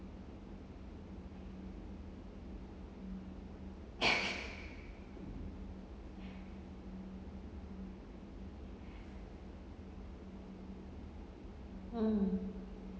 mm